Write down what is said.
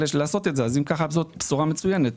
אם כך, זאת בשורה מצוינת.